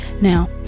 Now